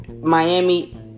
Miami